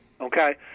Okay